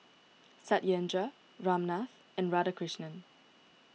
Satyendra Ramnath and Radhakrishnan